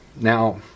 Now